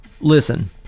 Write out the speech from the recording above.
Listen